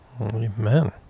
Amen